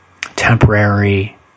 Temporary